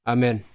Amen